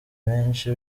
benshi